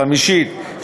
חמישית,